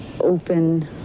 open